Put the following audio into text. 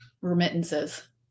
remittances